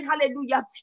hallelujah